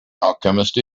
alchemist